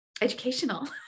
educational